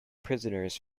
prisoners